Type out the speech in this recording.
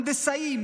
הנדסאים,